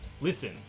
Listen